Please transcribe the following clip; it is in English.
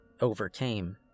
overcame